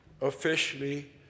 officially